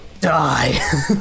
die